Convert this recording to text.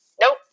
Nope